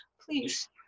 please